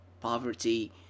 Poverty